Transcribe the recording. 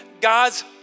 God's